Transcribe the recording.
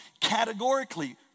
categorically